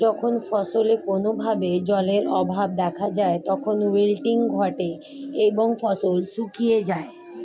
যখন ফসলে কোনো ভাবে জলের অভাব দেখা যায় তখন উইল্টিং ঘটে এবং ফসল শুকিয়ে যায়